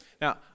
Now